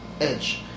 edge